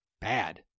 bad